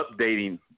updating